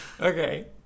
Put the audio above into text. okay